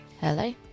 Hello